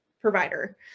provider